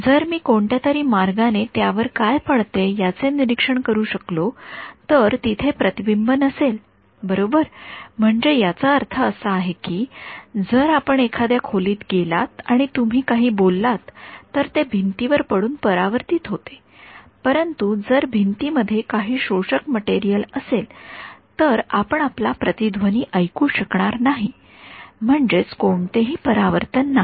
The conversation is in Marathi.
जर मी कोणत्या तरी मार्गाने त्यावर काय पडतेय याचे निरीक्षण करू शकलो तर तिथे प्रतिबिंब नसेलबरोबर म्हणजे याचा अर्थ असा आहे की जर आपण एखाद्या खोलीत गेलात आणि तुम्ही काही बोललात तर ते भिंती कडून परावर्तीत होते परंतु जर भिंतींमध्ये काही शोषक मटेरियल असेल तर आपण आपला प्रतिध्वनी ऐकू शकणार नाही म्हणजे कोणतेही परावर्तन नाही